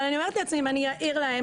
אבל אני אומרת לעצמי אם אני אעיר להם